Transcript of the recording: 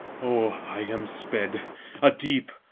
o i am sped a deep,